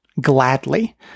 gladly